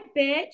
bitch